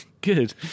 good